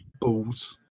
balls